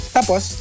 Tapos